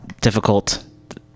difficult